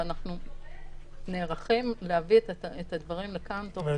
ואנחנו נערכים להביא את הדברים --- ואני